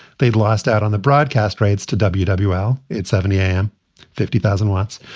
they'd lost out on the broadcast rights to wwl. it seventy m fifty thousand watts.